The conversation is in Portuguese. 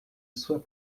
sua